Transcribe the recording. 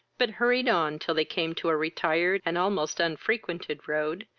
but hurried on till they came to a retired and almost unfrequented road,